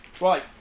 Right